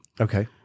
Okay